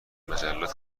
مجلات